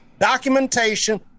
documentation